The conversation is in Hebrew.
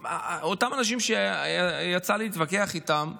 את אותם אנשים שיצא לי להתווכח איתם אומרים: